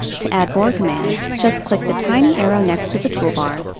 to add more commands, just click the tiny arrow next to the toolbar,